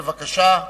בבקשה.